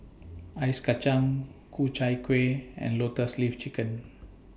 Ice Kachang Ku Chai Kuih and Lotus Leaf Chicken